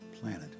planet